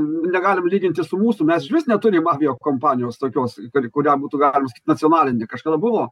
negalim lyginti su mūsų mes išvis neturim aviakompanijos tokios kuri kurią būtų galima sakyt nacionalinė kažkada buvo